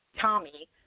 Tommy